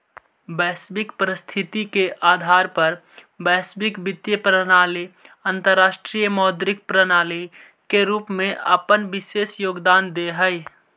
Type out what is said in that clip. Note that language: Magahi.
वैश्विक परिस्थिति के आधार पर वैश्विक वित्तीय प्रणाली अंतरराष्ट्रीय मौद्रिक प्रणाली के रूप में अपन विशेष योगदान देऽ हई